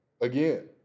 again